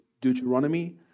Deuteronomy